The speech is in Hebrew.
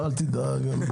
אל תדאג.